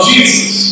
Jesus